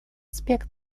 аспекты